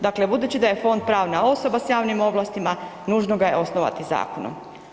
Dakle budući da je Fond pravna osoba s javnim ovlastima nužno ga je osnovati zakonom.